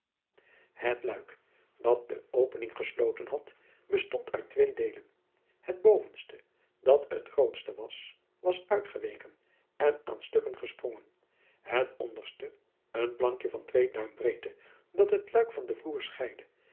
het luik dat de opening gesloten had bestond uit twee deelen het bovenste dat het grootste was was uitgeweken en aan stukken gesprongen het onderste een plankje van twee duim breedte dat het luik van den vloer